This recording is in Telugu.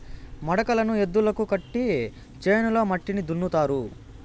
మడకలను ఎద్దులకు కట్టి చేనులో మట్టిని దున్నుతారు